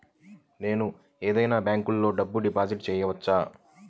నేను ఏదైనా బ్యాంక్లో డబ్బు డిపాజిట్ చేయవచ్చా?